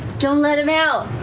don't let him out.